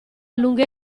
lunghe